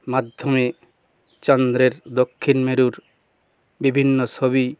মাধ্যমে চন্দ্রের দক্ষিণ মেরুর বিভিন্ন ছবি